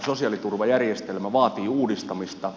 sosiaaliturvajärjestelmä vaatii uudistamista